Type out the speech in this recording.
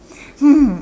hmm